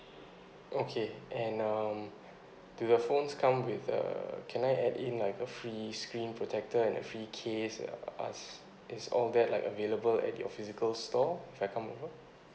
okay and um do the phones come with uh can I add in like a free screen protector and a free case is is all that like available at your physical store if I come over